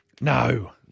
No